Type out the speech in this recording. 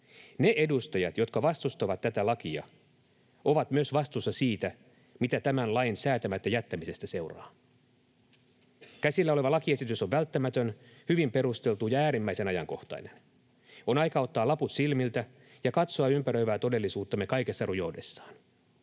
Ne edustajat, jotka vastustavat tätä lakia, ovat myös vastuussa siitä, mitä tämän lain säätämättä jättämisestä seuraa. Käsillä oleva lakiesitys on välttämätön, hyvin perusteltu ja äärimmäisen ajankohtainen. On aika ottaa laput silmiltä ja katsoa ympäröivää todellisuuttamme kaikessa rujoudessaan.